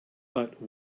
but